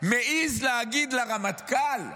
מעז להגיד לרמטכ"ל,